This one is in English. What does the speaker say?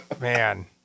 Man